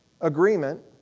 agreement